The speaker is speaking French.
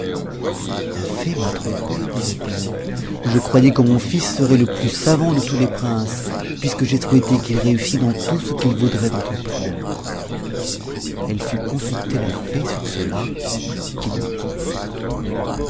la fée m'a trompée disait-elle je croyais que mon fils serait le plus savant de tous les princes puisque j'ai souhaité qu'il réussît dans tout ce qu'il voudrait entreprendre elle fut consulter la fée sur cela qui lui dit